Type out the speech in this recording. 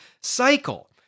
cycle